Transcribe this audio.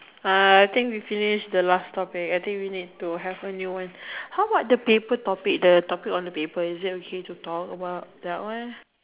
uh think we finished the last topic I think we need to have a new one how about the paper topic the topic on the paper is it okay to talk about that one